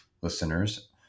listeners